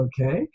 okay